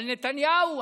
על נתניהו.